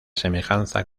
semejanza